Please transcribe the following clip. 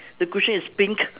the cushion is pink